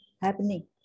happening